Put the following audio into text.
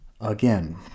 again